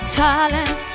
talent